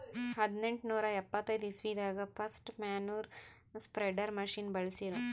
ಹದ್ನೆಂಟನೂರಾ ಎಪ್ಪತೈದ್ ಇಸ್ವಿದಾಗ್ ಫಸ್ಟ್ ಮ್ಯಾನ್ಯೂರ್ ಸ್ಪ್ರೆಡರ್ ಮಷಿನ್ ಬಳ್ಸಿರು